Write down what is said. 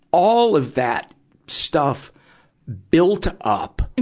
all of that stuff built up. and